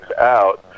out